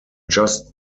just